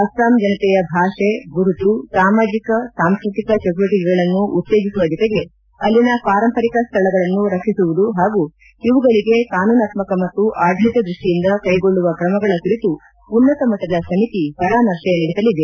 ಅಸ್ಸಾಂ ಜನತೆಯ ಭಾಷೆ ಗುರುತು ಸಾಮಾಜಿಕ ಸಾಂಸ್ಕೃತಿಕ ಚಟುವಟಿಕೆಗಳನ್ನು ಉತ್ತೇಜಿಸುವ ಜತೆಗೆ ಅಲ್ಲಿನ ಪಾರಂಪರಿಕ ಸ್ವಳಗಳನ್ನು ರಕ್ಷಿಸುವುದು ಹಾಗೂ ಇವುಗಳಿಗೆ ಕಾನೂನಾತ್ಮ ಮತ್ತು ಆಡಳಿತ ದೃಷ್ಟಿಯಿಂದ ಕೈಗೊಳ್ಳುವ ಕ್ರಮಗಳ ಕುರಿತು ಉನ್ನತಮಟ್ಟದ ಸಮಿತಿ ಪರಾಮರ್ಶೆ ನಡೆಸಲಿದೆ